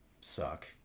suck